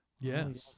Yes